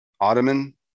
ottoman